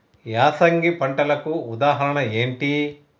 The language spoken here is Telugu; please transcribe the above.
యాసంగి పంటలకు ఉదాహరణ ఏంటి?